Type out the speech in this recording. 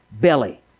belly